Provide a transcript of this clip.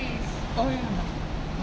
oh ya